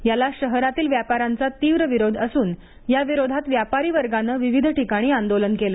याला शहरातील व्यापाऱ्यांचा तीव्र विरोध असून या विरोधात व्यापारी वर्गाने विविध ठिकाणी आंदोलन केलं